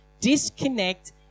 disconnect